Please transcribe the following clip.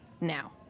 now